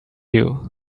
you